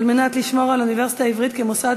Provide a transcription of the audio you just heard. כדי לשמור על האוניברסיטה העברית כמוסד